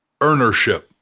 earnership